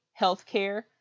healthcare